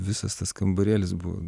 visas tas kambarėlis buvo